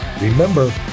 remember